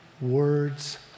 words